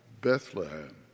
Bethlehem